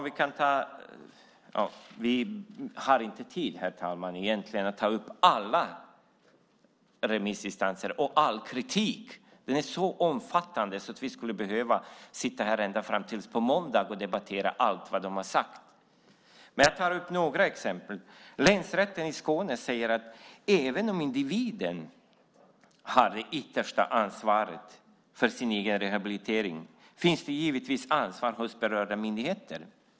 Vi har inte tid, herr talman, att ta upp alla remissinstansers svar och all den kritik som kommit. Den är så omfattande att vi skulle behöva sitta här till på måndag och debattera allt som de sagt. Jag ska dock ta upp några exempel. Länsrätten i Skåne säger att även om individen har det yttersta ansvaret för sin egen rehabilitering finns det givetvis också ett ansvar hos berörda myndigheter.